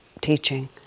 teaching